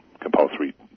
compulsory